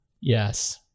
Yes